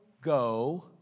go